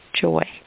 joy